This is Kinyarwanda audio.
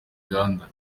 uganda